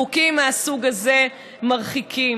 חוקים מהסוג הזה מרחיקים.